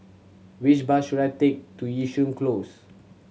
which bus should I take to Yishun Close